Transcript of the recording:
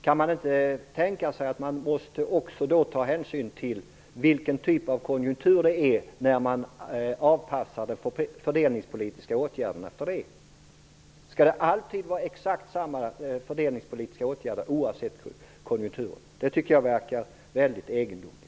Kan det inte tänkas att man då också måste ta hänsyn till vilken typ av konjunktur det är när man anpassar de fördelningspolitiska åtgärderna? Skall det alltid vara exakt samma fördelningspolitiska åtgärder oavsett konjunktur? Det tycker jag verkar väldigt egendomligt.